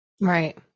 Right